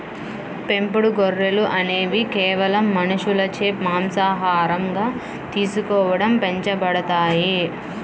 పెంపుడు గొర్రెలు అనేవి కేవలం మనుషులచే మాంసాహారంగా తీసుకోవడం పెంచబడతాయి